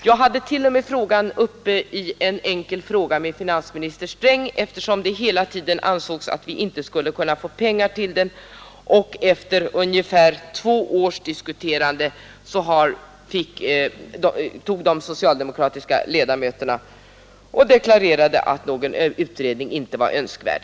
Jag hade t.o.m. saken uppe i en enkel fråga till finansminister Sträng, eftersom det hela tiden ansågs att vi inte skulle kunna få pengar till en sådan undersökning. Efter ungefär två års diskuterande deklarerade de socialdemokratiska ledamöterna att någon utredning inte var önskvärd.